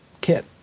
kit